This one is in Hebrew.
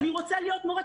אני רוצה להיות מורה,